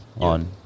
on